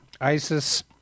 ISIS